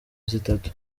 zitatu